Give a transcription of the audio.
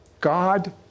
God